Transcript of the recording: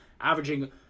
Averaging